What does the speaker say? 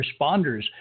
responders